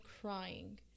crying